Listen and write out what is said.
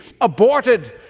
aborted